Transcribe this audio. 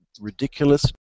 ridiculous